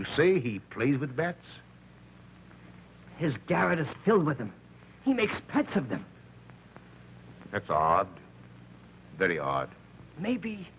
you say he plays with bats his garrote is filled with them he makes pets of them that's odd very odd maybe